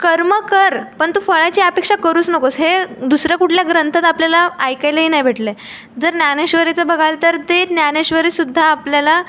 कर्म कर पण तू फळाची अपेक्षा करूच नकोस हे दुसऱ्या कुठल्या ग्रंथात आपल्याला ऐकायलाही नाही भेटलं आहे जर ज्ञानेश्वरीचं बघाल तर ते ज्ञानेश्वरीसुद्धा आपल्याला